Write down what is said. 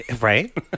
Right